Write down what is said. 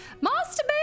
Master